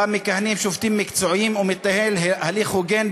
שבה מכהנים שופטים מקצועיים ומתנהל הליך הוגן,